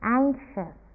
anxious